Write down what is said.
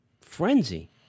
frenzy